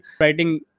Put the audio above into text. writing